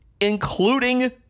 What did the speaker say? including